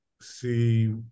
see